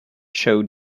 showed